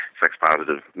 sex-positive